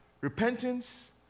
Repentance